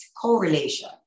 correlation